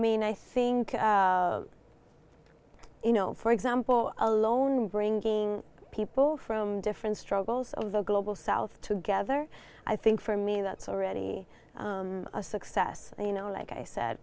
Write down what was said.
mean i think you know for example alone bringing people from different struggles of the global south together i think for me that's already a success you know like i said